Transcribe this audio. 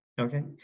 Okay